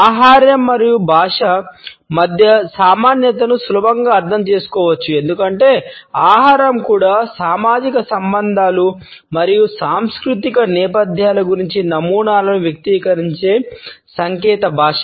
ఆహారం మరియు భాష మధ్య సామాన్యతను సులభంగా అర్థం చేసుకోవచ్చు ఎందుకంటే ఆహారం కూడా సామాజిక సంబంధాలు మరియు సాంస్కృతిక నేపథ్యాల గురించి నమూనాలను వ్యక్తీకరించే సంకేత భాష